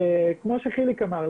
וכמו שחיליק אמר,